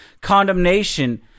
condemnation